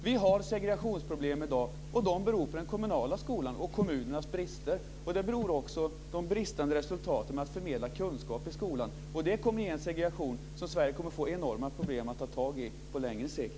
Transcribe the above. Vi har segregationsproblem i dag, och de beror på den kommunala skolan och på kommunernas brister. Och de beror också på bristerna när det gäller att förmedla kunskap i skolan. Det här kommer att medföra en segregation som Sverige kommer att få enorma problem med att ta tag i på längre sikt.